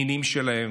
הנינים שלהם,